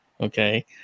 okay